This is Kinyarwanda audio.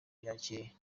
ryacyeye